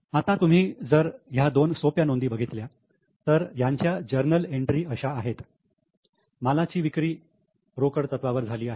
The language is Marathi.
आता तुम्ही जर ह्या दोन सोप्या नोंदी बघितल्या तर यांच्या जर्नल एंट्री अशा आहेत मालाची विक्री रोकड तत्त्वावर झाली आहे